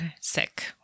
sick